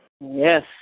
Yes